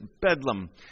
bedlam